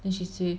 then she say